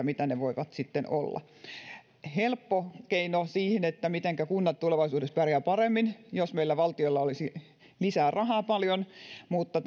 mitä ne tarkemmat toimenpiteet voivat sitten olla helppo keino siihen mitenkä kunnat tulevaisuudessa pärjäisivät paremmin olisi se että meillä valtiolla olisi lisää rahaa paljon mutta